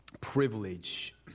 privilege